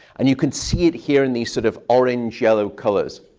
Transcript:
and you can see it here in these sort of orange-yellow colors.